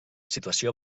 situació